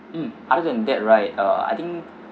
mm other than that right uh I think